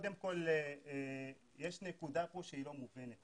קודם כל יש נקודה פה שהיא לא מובנת.